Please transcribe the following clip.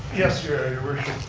yes your your worship.